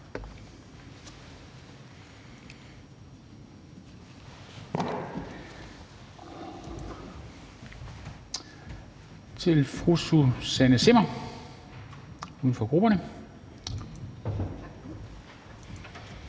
til fru Susanne Zimmer, uden for grupperne.